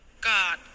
God